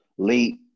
late